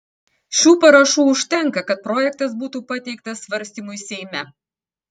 šių parašų užtenka kad projektas būtų pateiktas svarstymui seime